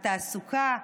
התעסוקה,